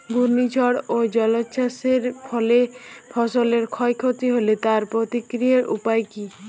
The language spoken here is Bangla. ঘূর্ণিঝড় ও জলোচ্ছ্বাস এর ফলে ফসলের ক্ষয় ক্ষতি হলে তার প্রতিকারের উপায় কী?